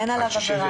אין עליו עבירה.